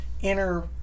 inner